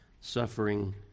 suffering